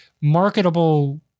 marketable